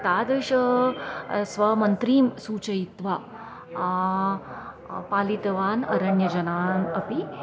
तादृश स्वमन्त्रीं सूचयित्वा पालितवान् अरण्यजनान् अपि